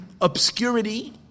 obscurity